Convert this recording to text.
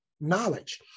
knowledge